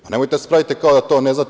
Nemojte da se pravite kao da to ne znate.